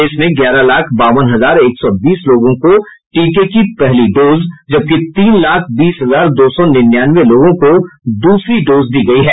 इसमें ग्यारह लाख बावन हजार एक सौ बीस लोगों को टीके की पहली डोज जबकि तीन लाख बीस हजार दो सौ निन्यानवें लोगों को दूसरी डोज दी गयी है